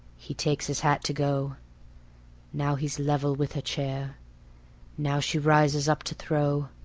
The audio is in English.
he takes his hat to go now he's level with her chair now she rises up to throw.